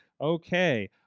Okay